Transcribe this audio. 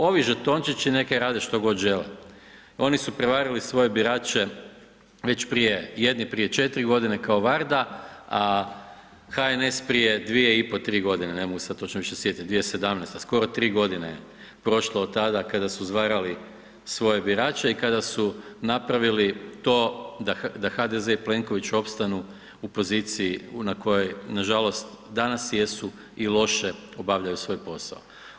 Ovi žetončići neka rade što god žele, oni su prevarili svoje birače već prije, jedni prije 4 g. kao Varda a HNS prije 2,5, 3 g., ne mogu se sad točno više sjetit, 2017., skoro 3 g. je prošlo od tada kada su izvarali svoje birače i kada su napravili to da HDZ i Plenković opstanu u poziciji na kojoj nažalost danas jesu i loše obavljaju svoj posao.